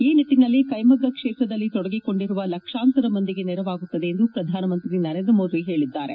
ಈ ನಿಟ್ಟನಲ್ಲಿ ಕೈಮಗ್ಗ ಕ್ಷೇತ್ರದಲ್ಲಿ ತೊಡಗಿಕೊಂಡಿರುವ ಲಕ್ಷಾಂತರ ಮಂದಿಗೆ ನೆರವಾಗುತ್ತದೆ ಎಂದು ಶ್ರಧಾನಮಂತ್ರಿ ನರೇಂದ್ರ ಮೋದಿ ಹೇಳಿದ್ದಾರೆ